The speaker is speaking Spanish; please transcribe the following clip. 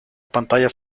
pantalla